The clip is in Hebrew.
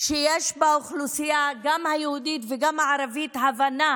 שיש באוכלוסייה, גם היהודית וגם הערבית, הבנה